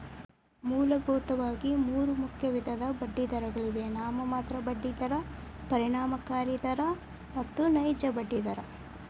ಮೂಲಭೂತವಾಗಿ ಮೂರು ಮುಖ್ಯ ವಿಧದ ಬಡ್ಡಿದರಗಳಿವೆ ನಾಮಮಾತ್ರ ಬಡ್ಡಿ ದರ, ಪರಿಣಾಮಕಾರಿ ದರ ಮತ್ತು ನೈಜ ಬಡ್ಡಿ ದರ